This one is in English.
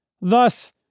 Thus